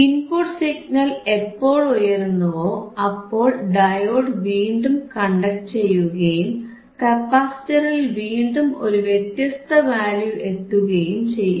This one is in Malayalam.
ഇൻപുട്ട് സിഗ്നൽ എപ്പോൾ ഉയരുന്നുവോ അപ്പോൾ ഡയോഡ് വീണ്ടും കണ്ടക്ട് ചെയ്യുകയും കപ്പാസിറ്ററിൽ വീണ്ടും ഒരു വ്യത്യസ്ത വാല്യൂ എത്തുകയും ചെയ്യും